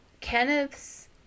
kenneth's